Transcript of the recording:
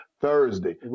Thursday